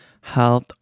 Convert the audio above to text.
health